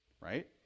right